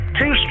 Two